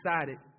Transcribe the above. excited